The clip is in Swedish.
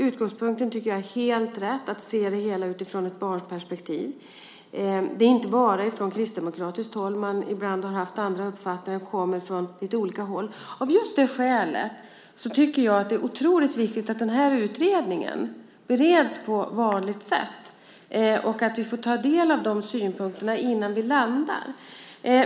Utgångspunkten tycker jag är helt rätt, att se det hela utifrån ett barnperspektiv. Det är inte bara från kristdemokratiskt håll man ibland har haft andra uppfattningar. De kommer från lite olika håll. Av just det skälet tycker jag att det är otroligt viktigt att den här utredningen bereds på vanligt sätt och att vi får ta del av de synpunkterna innan vi landar.